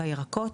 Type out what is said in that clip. בירקות,